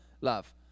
Love